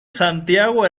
santiago